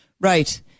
Right